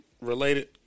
related